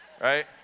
right